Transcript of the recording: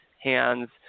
hands